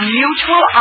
mutual